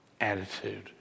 attitude